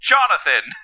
Jonathan